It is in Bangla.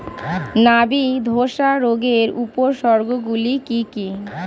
নাবি ধসা রোগের উপসর্গগুলি কি কি?